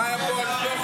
היא חיה פה על שוחד.